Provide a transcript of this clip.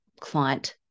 client